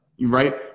right